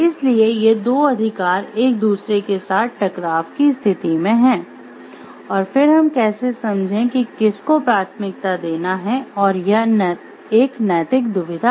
इसलिए ये दो अधिकार एक दूसरे के साथ टकराव की स्थिति में हैं और फिर हम कैसे समझें कि किसको प्राथमिकता देना है और यह एक नैतिक दुविधा है